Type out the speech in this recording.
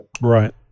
Right